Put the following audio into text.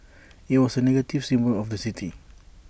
IT was A negative symbol of the city